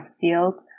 field